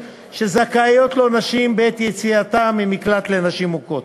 שזכאיות לו נשים בעת יציאתן ממקלט לנשים מוכות.